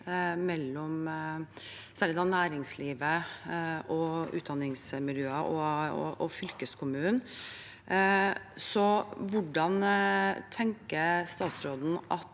særlig næringsliv, utdanningsmiljøer og fylkeskommunen. Hvordan tenker statsråden at